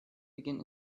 begin